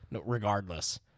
Regardless